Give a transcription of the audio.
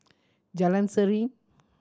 Jalan Serene